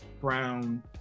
Brown